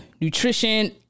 nutrition